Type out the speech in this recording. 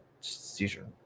seizure